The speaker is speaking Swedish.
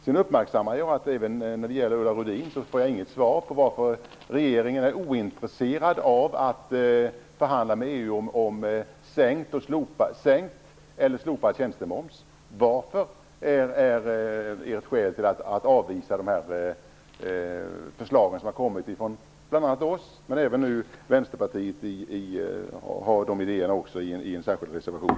Jag uppmärksammade att jag inte fick något svar från Ulla Rudin på frågan om regeringen är ointresserad av att förhandla med EU om sänkt eller slopad tjänstemoms. Vad är ert skäl för att avvisa de förslag som har kommit från bl.a. oss? Även Vänsterpartiet har de idéerna i en reservation.